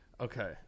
Okay